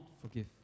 forgive